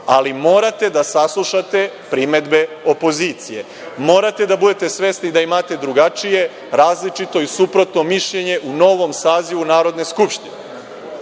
ali morate da saslušate primedbe opozicije. Morate da budete svesni da imate drugačije, različito i suprotno mišljenje u ovom sazivu Narodne skupštine